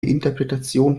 interpretation